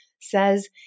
says